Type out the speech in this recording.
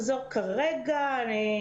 צריך לעשות חליפה פרטית, כפי שציינו.